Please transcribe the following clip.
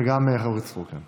וגם חברת הכנסת סטרוק.